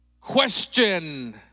question